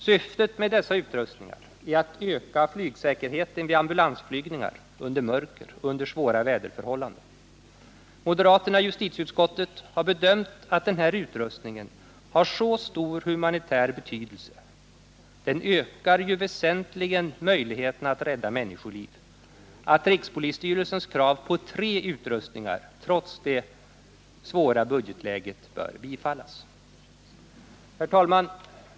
Syftet med dessa utrustningar är att öka flygsäkerheten vid ambulansflygningar under mörker och under svåra väderförhållanden. Moderaterna i justitieutskottet har bedömt denna utrustning ha så stor humanitär betydelse — den ökar väsentligt möjligheterna att rädda människoliv — att rikspolisstyrelsens krav på tre utrustningar trots det svåra budgetläget bör bifallas. Herr talman!